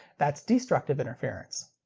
that's destructive interference.